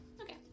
Okay